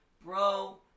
Bro